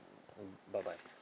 mm mm bye bye